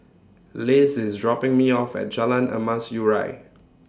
Liz IS dropping Me off At Jalan Emas Urai